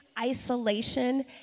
isolation